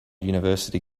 university